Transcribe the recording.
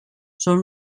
són